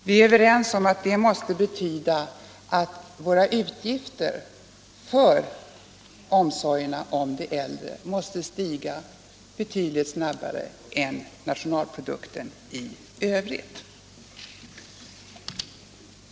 Vi är överens om att det måste betyda att våra utgifter för omsorgen om de äldre måste stiga betydligt snabbare än nationalprodukten i övrigt.